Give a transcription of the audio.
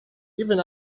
even